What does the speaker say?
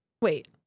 Wait